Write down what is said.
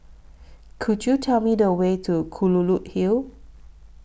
Could YOU Tell Me The Way to Kelulut Hill